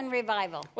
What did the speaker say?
revival